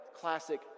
classic